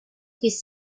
his